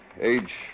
age